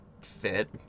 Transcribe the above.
fit